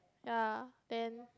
ya then